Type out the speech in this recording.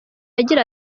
agira